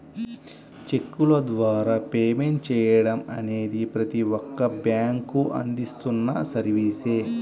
చెక్కుల ద్వారా పేమెంట్ చెయ్యడం అనేది ప్రతి ఒక్క బ్యేంకూ అందిస్తున్న సర్వీసే